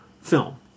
film